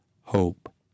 hope